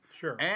Sure